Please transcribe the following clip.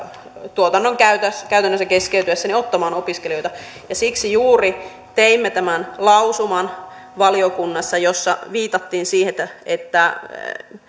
tuotannon käytännössä käytännössä keskeytyessä ottamaan opiskelijoita siksi juuri teimme valiokunnassa tämän lausuman jossa viitattiin siihen että että